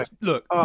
Look